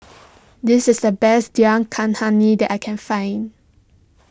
this is the best Dal that I can find